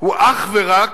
הוא אך ורק